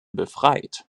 befreit